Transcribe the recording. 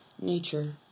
nature